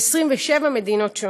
מ-27 מדינות,